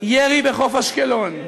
ירי בחוף אשקלון,